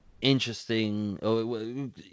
interesting